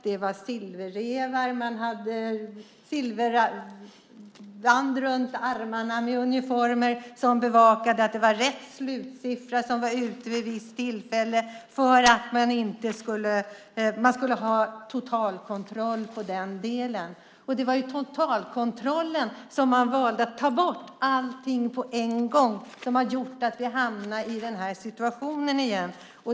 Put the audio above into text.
Det var silverrävar med silverband runt ärmarna på uniformerna som bevakade att det var rätt slutsiffra som var ute vid rätt tillfälle för att man skulle ha totalkontroll på det. Det var totalkontrollen som man valde att ta bort. Man tog bort allting på en gång, och det har gjort att vi har hamnat i den här situationen igen.